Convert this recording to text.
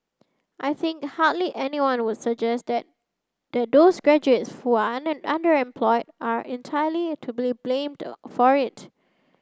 I think hardly anyone would suggest that that those graduates who are underemployed are entirely to be blamed for it